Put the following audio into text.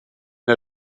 der